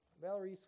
Valerie